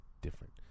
different